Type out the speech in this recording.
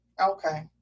Okay